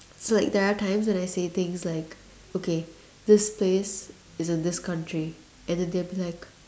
so like there are times when I say things like okay this place as in this country and they'll be like